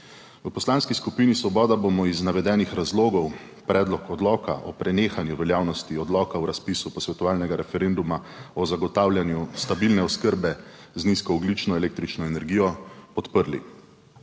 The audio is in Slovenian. V Poslanski skupini Svoboda bomo iz navedenih razlogov Predlog odloka o prenehanju veljavnosti Odloka o razpisu posvetovalnega referenduma o zagotavljanju stabilne oskrbe z nizkoogljično električno energijo podprli.